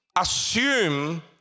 assume